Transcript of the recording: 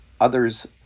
others